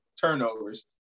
turnovers